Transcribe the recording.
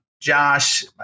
Josh